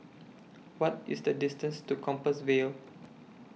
What IS The distance to Compassvale